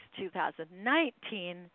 2019